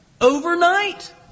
Overnight